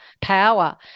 power